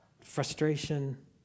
frustration